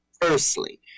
firstly